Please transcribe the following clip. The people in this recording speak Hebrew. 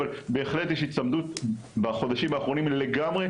אבל בהחלט יש הצמדות בחודשים האחרונים לגמרי,